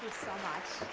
so much.